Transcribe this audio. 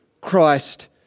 Christ